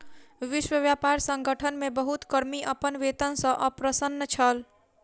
विश्व व्यापार संगठन मे बहुत कर्मी अपन वेतन सॅ अप्रसन्न छल